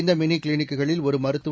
இந்த மினி கிளினிக்குகளில் ஒரு மருத்துவர்